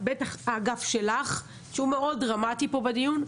ובטח האגף שלך שהוא מאוד דרמטי פה בדיון,